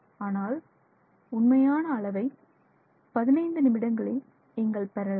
ஆனால் உண்மையான அளவை 15 நிமிடங்களில் நீங்கள் பெறலாம்